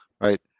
right